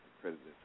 credited